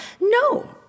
No